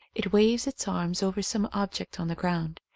it waves its arms over some object on the ground.